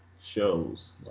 shows